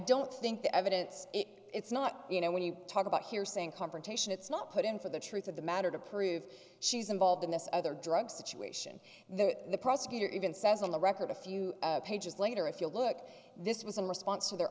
don't think the evidence it's not you know when you talk about here saying confrontation it's not put in for the truth of the matter to prove she's involved in this other drug situation there the prosecutor even says on the record a few pages later if you look this was in response to their